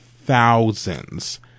thousands